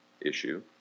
issue